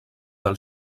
del